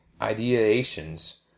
ideations